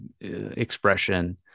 expression